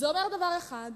זה אומר דבר אחד: